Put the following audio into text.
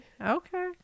Okay